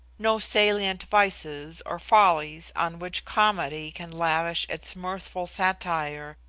no salient vices or follies on which comedy can lavish its mirthful satire,